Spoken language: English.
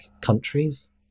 countries